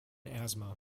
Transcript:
asthma